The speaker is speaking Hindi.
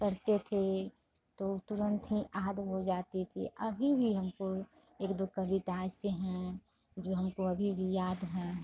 करते थे तो तुरंत ही हो जाती थी अभी भी हमको एक दो कविता ऐसी हैं जो हमको अभी भी याद हैं